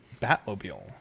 Batmobile